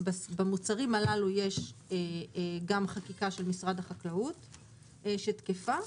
במוצרים האלה יש גם חקיקה של משרד החקלאות שתקפה.